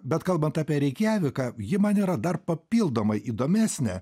bet kalbant apie reikjaviką ji man yra dar papildomai įdomesnė